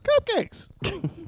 Cupcakes